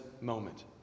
moment